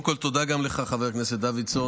קודם כול, תודה גם לך, חבר הכנסת דוידסון.